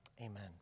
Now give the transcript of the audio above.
Amen